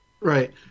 Right